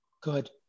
Good